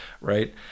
Right